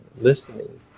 listening